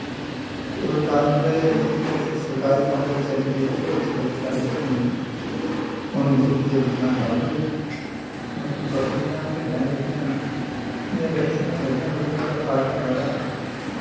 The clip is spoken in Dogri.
एह्दा कारण एह् ऐ जे सरकारी कम्बल चली पे उत्त करी साढ़ी भिडें दी ऊन्न जेह्की ऐ बिकना बंद होई बाकी बक्करियां भिड्डां जेह्कियां न इ'यां रक्खी दियां बड़ियां लोकें ते फैदा बड़ा